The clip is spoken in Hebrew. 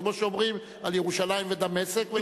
כמו שאומרים על ירושלים ודמשק.